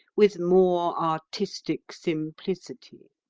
with more artistic simplicity.